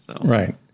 Right